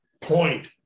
point